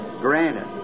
granted